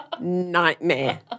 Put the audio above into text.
nightmare